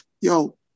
yo